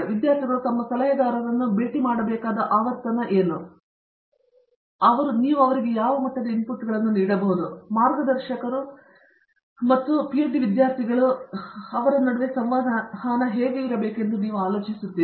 ವಿದ್ಯಾರ್ಥಿಗಳು ತಮ್ಮ ಸಲಹೆಗಾರರನ್ನು ಭೇಟಿ ಮಾಡಬೇಕಾದ ಆವರ್ತನ ಮತ್ತು ನೀವು ಅವರ ಇನ್ಫಾರ್ಕ್ಷನ್ಗೆ ಕೆಲವು ಇನ್ಪುಟ್ಗಳನ್ನು ಯಾವ ವಿದ್ಯಾರ್ಥಿಗಳಿಗೆ ನೀಡಬಹುದು ಮತ್ತು ಆ ಮಾರ್ಗದರ್ಶಕರು ಮತ್ತು ಅವರ ಪಿಎಚ್ಡಿ ಕೋರ್ಸ್ ಮೂಲಕ ವಿದ್ಯಾರ್ಥಿಯು ಹೇಗೆ ಇರಬೇಕು ಎಂಬುದನ್ನು ನೀವು ಏನು ಆಲೋಚಿಸುತ್ತೀರಿ